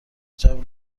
عجب